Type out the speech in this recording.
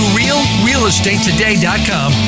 realrealestatetoday.com